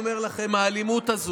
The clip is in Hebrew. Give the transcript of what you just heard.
של הבחירות של הדמוקרטיה.